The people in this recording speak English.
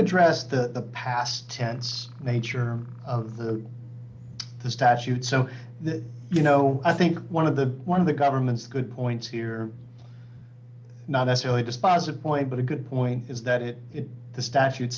address the past tense nature of the statute so that you know i think one of the one of the government's good points here not necessarily dispositive point but a good point is that it the statute